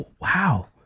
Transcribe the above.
wow